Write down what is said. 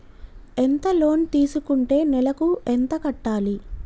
ఎంత లోన్ తీసుకుంటే నెలకు ఎంత కట్టాలి?